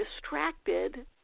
distracted